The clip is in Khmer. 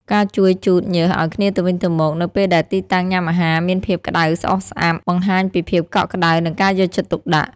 ការជួយជូតញើសឱ្យគ្នាទៅវិញទៅមក នៅពេលដែលទីតាំងញ៉ាំអាហារមានភាពក្ដៅស្អុះស្អាប់ បង្ហាញពីភាពកក់ក្ដៅ និងការយកចិត្តទុកដាក់។